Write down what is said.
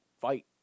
fight